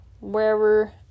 wherever